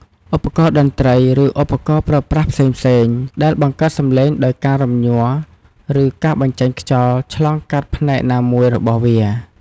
ឧបករណ៍តន្រ្តី ឬឧបករណ៍ប្រើប្រាស់ផ្សេងៗ ដែលបង្កើតសំឡេងដោយការរំញ័រ ឬការបញ្ចេញខ្យល់ឆ្លងកាត់ផ្នែកណាមួយរបស់វា។